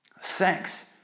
Sex